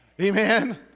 Amen